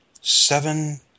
seven